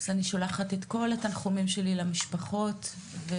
אז אני שולחת את כל התנחומים שלי למשפחות ולפצועים,